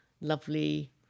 lovely